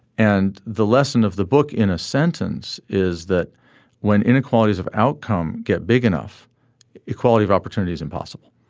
and the lesson of the book in a sentence is that when inequalities of outcome get big enough equality of opportunity is impossible.